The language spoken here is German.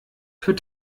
für